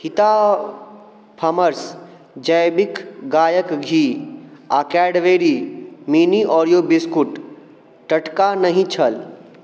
हिता फाम्र्स जैविक गाइके घी आ कैडबरी मिनी ओरिओ बिस्कुट टटका नहि छल